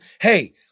hey